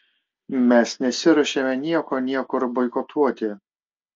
mes nesiruošiame nieko niekur boikotuoti